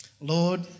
Lord